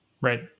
right